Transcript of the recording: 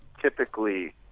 Typically